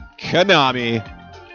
Konami